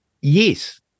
Yes